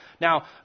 Now